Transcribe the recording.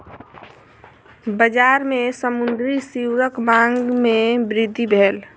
बजार में समुद्री सीवरक मांग में वृद्धि भेल